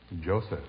Joseph